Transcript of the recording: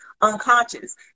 unconscious